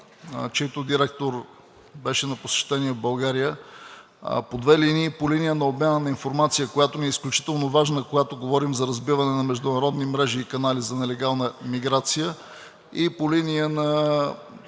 чийто директор беше на посещение в България по две линии – по линия на обмяна на информация, която ни е изключително важна, когато говорим за разбиване на международни мрежи и канали за нелегална миграция и по линия на